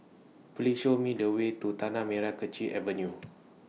Please Show Me The Way to Tanah Merah Kechil Avenue